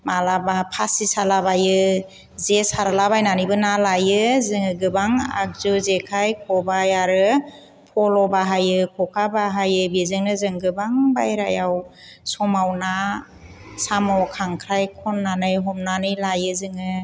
माब्लाबा फासि सालाबायो जे सारलाबायनानैबो ना लायो जोङो गोबां आगजु जेखाइ खबाइ आरो फल' बाहायो ख'खा बाहायो बेजोंनो जों गोबां बाहेरायाव समाव ना साम' खांख्राइ खननानै हमनानै लायो जोङो